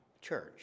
church